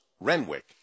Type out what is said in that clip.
Renwick